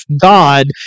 God